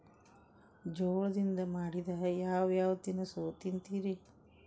ಜೋಳದಿಂದ ಮಾಡಿದ ಯಾವ್ ಯಾವ್ ತಿನಸು ತಿಂತಿರಿ?